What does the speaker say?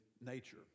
nature